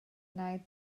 gwneud